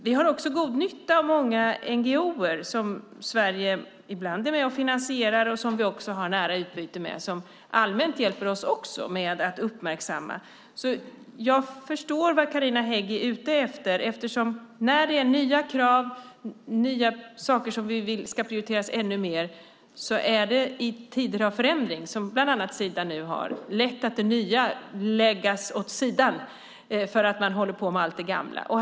Vi har också god nytta av många NGO:er som Sverige ibland är med och finansierar och som vi också har nära utbyte med. De hjälper oss allmänt med att uppmärksamma dessa frågor. Jag förstår vad Carina Hägg är ute efter. När det kommer nya krav och nya saker som ska prioriteras är det i tider av förändringar - för bland annat Sida - lätt att det nya läggs åt sidan därför att man håller på med allt det gamla.